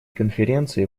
конференции